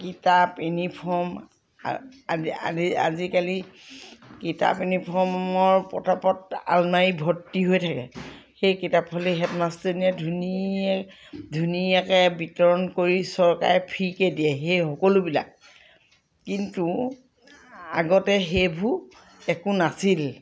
কিতাপ ইউনিফৰ্ম আদি আদি আজিকালি কিতাপ ইউনিফৰ্মৰ প্ৰতাপত আলমাৰি ভৰ্তি হৈ থাকে সেই কিতাপ ফলি হেডমাষ্টৰণীয়ে ধুনীয় ধুনীয়াকৈ বিতৰণ কৰি চৰকাৰে ফ্ৰীকৈ দিয়েহি সেই সকলোবিলাক কিন্তু আগতে সেইবোৰ একো নাছিল